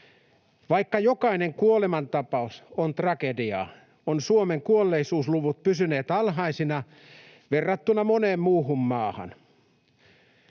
Vaikka jokainen kuolemantapaus on tragedia, ovat Suomen kuolleisuusluvut pysyneet alhaisina verrattuna moneen muuhun maahan.